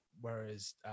whereas